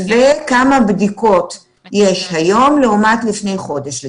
וכמה בדיקות יש היום לעומת לפני חודש.